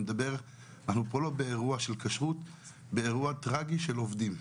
אנחנו לא באירוע של כשרות, באירוע טרגי של עובדים.